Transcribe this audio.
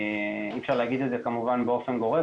אי אפשר להגיד את זה כמובן באופן גורף